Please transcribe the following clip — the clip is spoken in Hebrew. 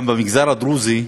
גם במגזר הדרוזי,